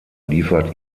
liefert